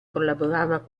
collaborava